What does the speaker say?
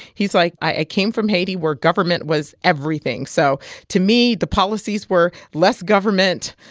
he's, like, i came from haiti, where government was everything. so to me, the policies were less government,